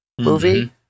movie